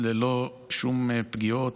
וללא שום פגיעות.